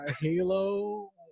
halo